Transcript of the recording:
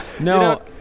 No